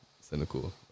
cynical